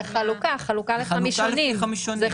זה חלוקה לפי חמישונים